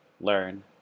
Learn